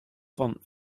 font